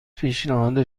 پیشنهاد